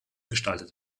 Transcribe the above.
gestaltet